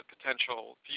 potential